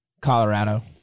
Colorado